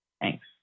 Thanks